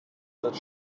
their